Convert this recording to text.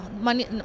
money